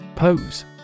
Pose